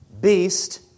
Beast